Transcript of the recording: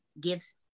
gives